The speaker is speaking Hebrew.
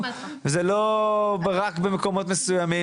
זה לא רק במקומות מסוימים,